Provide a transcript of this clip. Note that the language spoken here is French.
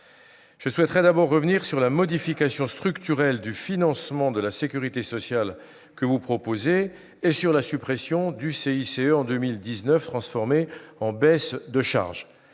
Je souhaiterais d'abord revenir sur la modification structurelle du financement de la sécurité sociale proposée par le Gouvernement et sur la suppression du CICE, qui sera transformé en baisse de charges